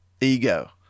ego